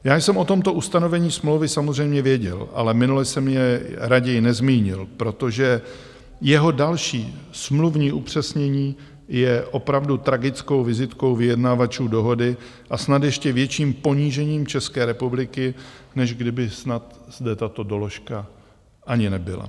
Já jsem o tomto ustanovení smlouvy samozřejmě věděl, ale minule jsem jej raději nezmínil, protože jeho další smluvní upřesnění je opravdu tragickou vizitkou vyjednavačů dohody a snad ještě větším ponížením České republiky, než kdyby zde tato doložka ani nebyla.